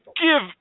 give